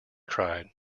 cried